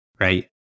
right